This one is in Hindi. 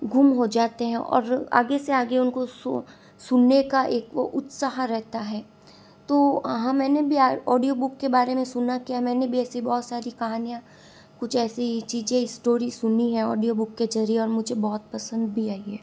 गुम हो जाते हैं और आगे से आगे उनको सुनने का एक वो उत्साह रहता है तो हाँ मैंने भी आ ऑडियो बुक के बारे में सुना क्या मैं भी ऐसी बहुत सारी कहानियाँ कुछ ऐसी चीज़ें इस्टोरी सुनी है ऑडियो बुक के ज़रिए और मुझे बहुत पसंद भी आई है